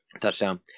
Touchdown